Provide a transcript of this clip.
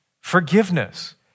Forgiveness